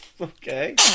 Okay